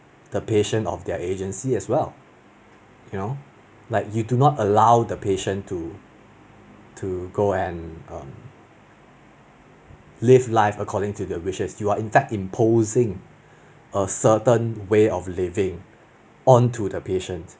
the patient of their agency as well you know like you do not allow the patient to to go and um live life according to their wishes you are in fact imposing a certain way of living onto the patients